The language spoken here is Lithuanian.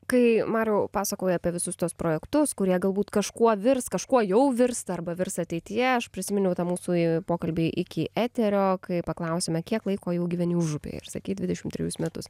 kai mariau pasakoji apie visus tuos projektus kurie galbūt kažkuo virs kažkuo jau virsta arba virs ateityje aš prisiminiau tą mūsų pokalbį iki eterio kai paklausėme kiek laiko jau gyveni užupyje ir sakei dvidešim trejus metus